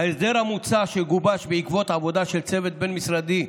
ההסדר המוצע גובש בעקבות עבודה של צוות בין-משרדי,